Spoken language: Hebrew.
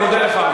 אני מודה לך.